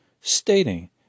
stating